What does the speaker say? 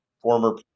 former